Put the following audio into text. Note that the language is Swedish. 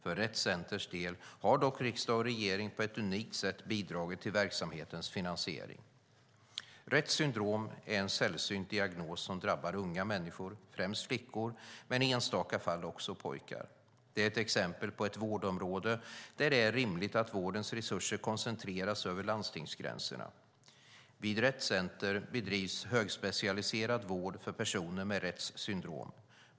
För Rett Centers del har dock riksdag och regering på ett unikt sätt bidragit till verksamhetens finansiering. Retts syndrom är en sällsynt diagnos som drabbar unga människor, främst flickor men i enstaka fall också pojkar. Det är ett exempel på ett vårdområde, där det är rimligt att vårdens resurser koncentreras över landstingsgränserna. Vid Rett Center bedrivs högspecialiserad vård för personer med Retts syndrom.